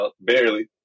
Barely